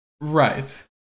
Right